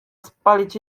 spalić